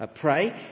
pray